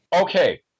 Okay